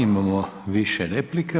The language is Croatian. Imamo više replika.